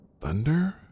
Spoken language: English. thunder